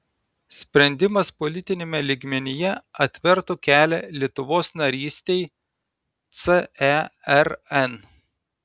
sprendimas politiniame lygmenyje atvertų kelią lietuvos narystei cern